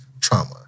trauma